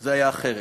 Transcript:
זה היה אחרת.